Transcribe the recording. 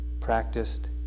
practiced